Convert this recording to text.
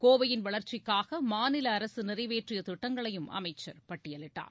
கோவையின் வளா்ச்சிக்காக மாநில அரசு நிறைவேற்றிய திட்டங்களையும் அமைச்சள் பட்டியலிட்டார்